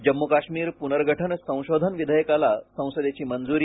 जम्मू काश्मीर पुनर्गठन संशोधन विधेयकाला संसदेची मंजुरी